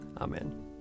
Amen